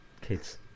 Kids